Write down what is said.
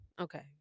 Okay